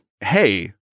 Hey